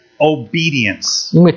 obedience